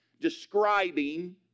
describing